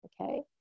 Okay